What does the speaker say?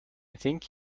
think